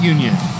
Union